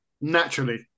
Naturally